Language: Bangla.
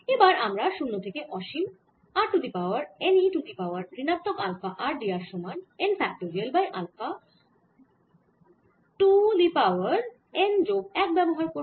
এবার আমরা 0 থেকে অসীম r to the power n e to the power ঋণাত্মক আলফা r d r সমান n factorial by alpha to the power n যোগ 1 ব্যবহার করব